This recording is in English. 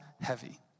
heavy